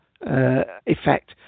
effect